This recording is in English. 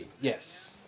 Yes